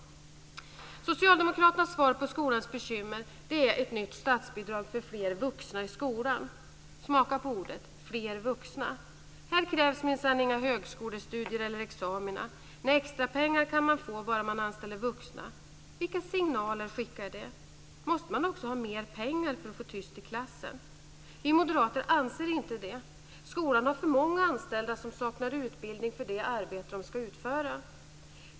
Socialdemokraternas svar på skolans bekymmer är ett nytt statsbidrag för fler vuxna i skolan. Smaka på orden "fler vuxna". Här krävs minsann inga högskolestudier eller examina, nej, extrapengar kan man få bara man anställer vuxna. Vilka signaler skickar det? Måste man också ha mer pengar för att få tyst i klassen? Vi moderater anser inte det. Skolan har för många anställda som saknar utbildning för det arbete de ska utföra.